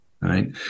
Right